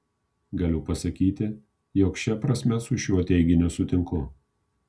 galiu pasakyti jog šia prasme su šiuo teiginiu sutinku